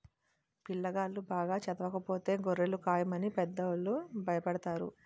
పిల్లాగాళ్ళు బాగా చదవకపోతే గొర్రెలు కాయమని పెద్దోళ్ళు భయపెడతారు